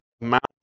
Mount